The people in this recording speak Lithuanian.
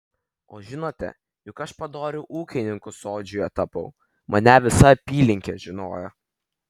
o žinote juk aš padoriu ūkininku sodžiuje tapau mane visa apylinkė žinojo